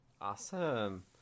Awesome